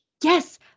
Yes